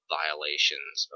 violations